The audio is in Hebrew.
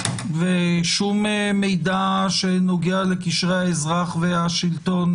ושום מידע שנוגע לקשרי האזרח והשלטון